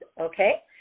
okay